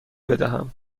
بدهم